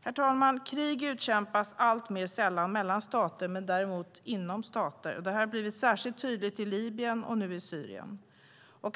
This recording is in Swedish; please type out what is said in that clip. Herr talman! Krig utkämpas alltmer sällan mellan stater, men däremot inom stater. Detta har blivit särskilt tydligt i Libyen och nu i Syrien.